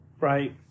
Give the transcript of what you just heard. Right